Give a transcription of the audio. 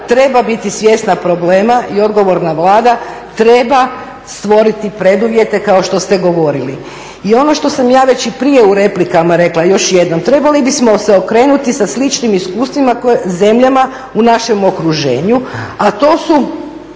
treba biti svjesna problema i odgovorna Vlada treba stvoriti preduvjete kao što ste govorili. I ono što sam ja već i prije u replikama rekla i još jednom, trebali bismo se okrenuti sa sličnim iskustvima zemljama u našem okruženju a to su